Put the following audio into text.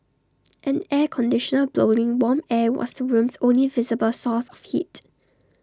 an air conditioner blowing warm air was the room's only visible source of heat